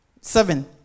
seven